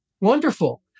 wonderful